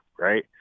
Right